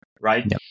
right